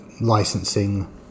licensing